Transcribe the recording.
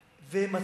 תל-אביב.